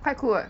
quite cool [what]